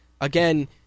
again